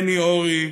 בני עורי,